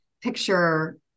picture